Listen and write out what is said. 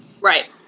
Right